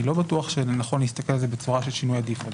אני לא בטוח שנכון להסתכל על זה בצורה של שינוי הדיפולט.